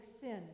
sin